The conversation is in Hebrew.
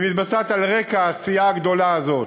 היא מתבצעת על רקע העשייה הגדולה הזאת.